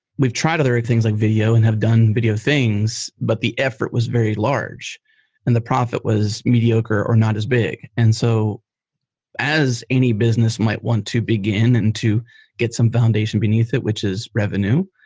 we've tried other things like video and have done video things, but the effort was very large and the prophet was mediocre or not as big. and so as any business might want to begin and to get some foundation beneath it, which is revenue,